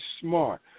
smart